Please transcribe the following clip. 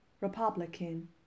Republican